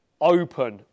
open